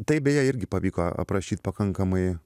tai beje irgi pavyko aprašyt pakankamai